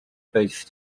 based